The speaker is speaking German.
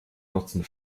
nutzen